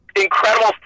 incredible